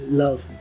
love